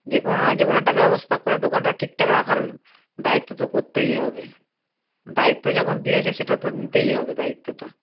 যে কোনো না যে কোনো একটা ব্যবস্থা করে দোকানটা ঠিকঠাক রাখার দায়িত্ব তো করতেই হবে দায়িত্ব যখন দিয়েছে সেটা তো নিতেই হবে দায়িত্বটা